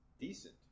decent